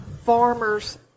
Farmers